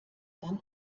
dann